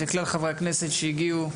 לכלל חברי הכנסת שהגיעו.